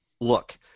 look